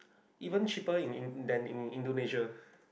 even cheaper in than in Indonesia